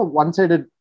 one-sided